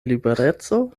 libereco